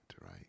right